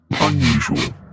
unusual